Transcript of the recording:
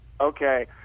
Okay